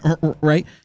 right